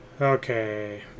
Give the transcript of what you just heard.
Okay